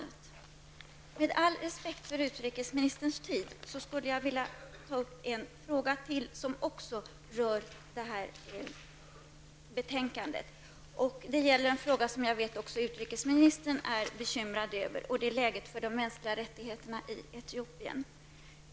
Med all respekt för utrikesministerns tid skulle jag vilja ta upp ytterligare en fråga som rör betänkandet. Det gäller en fråga som jag vet att utrikesministern är bekymrad över, nämligen läget för de mänskliga rättigheterna i Etiopien.